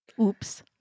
Oops